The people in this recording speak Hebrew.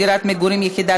דירת מגורים יחידה),